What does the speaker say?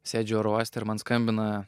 sėdžiu oro uoste ir man skambina